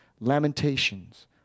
Lamentations